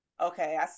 okay